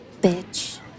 bitch